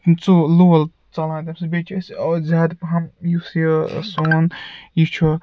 ژوٚل لول ژَلان تَمہِ سۭتۍ بیٚیہِ چھِ أسۍ زیادٕ پَہَم یُس یہِ سون یہِ چھُ